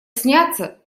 сняться